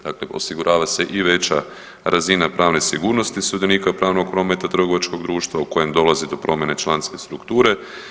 Dakle, osigurava se i veća razina pravne sigurnosti sudionika pravnog prometa trgovačkog društva u kojem dolazi do promjene članske strukture.